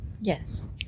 Yes